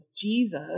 Jesus